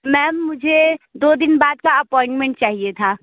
ma'am मुझे दो दिन बाद का अपॉइंटमेंट चाहिए था